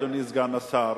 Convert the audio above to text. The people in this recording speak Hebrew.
אדוני סגן השר,